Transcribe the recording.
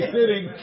sitting